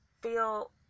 Feel